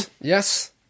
Yes